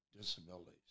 disabilities